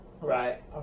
Right